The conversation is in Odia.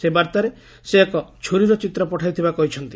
ସେହି ବାର୍ତ୍ତାରେ ସେ ଏକ ଛୁରୀରେ ଚିତ୍ର ପଠାଇଥିବା କହିଛନ୍ତି